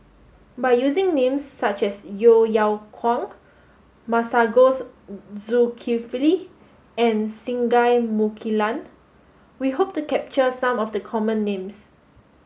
by using names such as Yeo Yeow Kwang Masagos Zulkifli and Singai Mukilan we hope to capture some of the common names